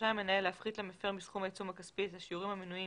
רשאי המנהל להפחית למפר מסכום העיצום הכספי את השיעורים המנויים